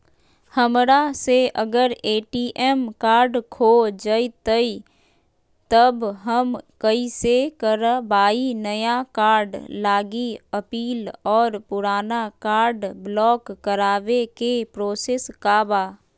हमरा से अगर ए.टी.एम कार्ड खो जतई तब हम कईसे करवाई नया कार्ड लागी अपील और पुराना कार्ड ब्लॉक करावे के प्रोसेस का बा?